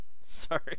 Sorry